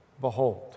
Behold